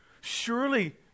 Surely